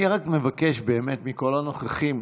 אני רק מבקש באמת מכל הנוכחים,